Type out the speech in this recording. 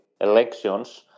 elections